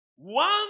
One